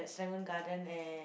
Serangoon-Garden at